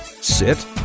Sit